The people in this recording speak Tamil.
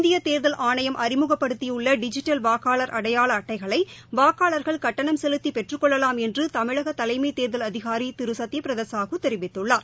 இந்திய தேர்தல் ஆணையம் அறிமுகப்படுத்தியுள்ள டிஜிட்டல் வாக்காளர் அடையாள அட்டைகளை வாக்காளர்கள் கட்டணம் செலுத்தி பெற்றுக்கொள்ளலாம் என்று தமிழக தலைமை தேர்தல் அதிகாரி திரு சத்யபிரதா சாஹூ தெரிவித்துள்ளார்